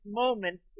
moment